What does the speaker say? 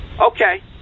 Okay